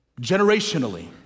Generationally